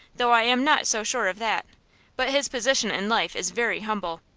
though i am not so sure of that but his position in life is very humble.